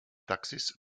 taxis